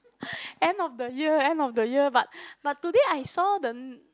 end of the year end of the year but but today I saw the n~